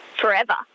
forever